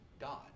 God